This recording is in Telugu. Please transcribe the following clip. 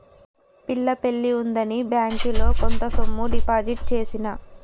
పిల్ల పెళ్లి ఉందని బ్యేంకిలో కొంత సొమ్ము డిపాజిట్ చేసిన